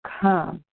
come